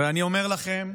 אני אומר לכם,